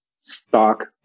stock